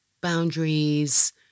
boundaries